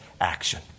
action